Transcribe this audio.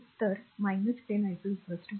तर 10 i2 0